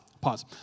pause